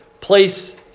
place